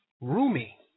roomy